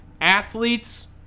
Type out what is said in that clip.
athletes